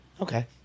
Okay